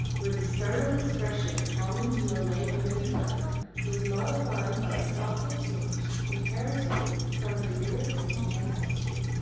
where the startled expression common to malay womankind was modified by a thoughtful tinge inherited from her european ancestry.